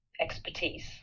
expertise